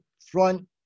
front